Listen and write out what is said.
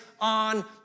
on